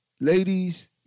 ladies